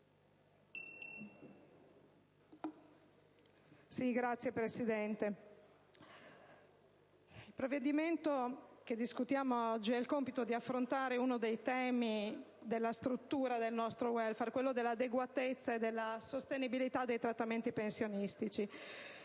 Signora Presidente, il provvedimento che discutiamo oggi ha il compito di affrontare uno dei temi portanti della struttura del nostro *welfare*: quello della adeguatezza e della sostenibilità dei trattamenti pensionistici.